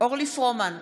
אורלי פרומן,